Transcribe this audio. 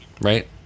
right